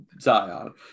Zion